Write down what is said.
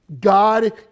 God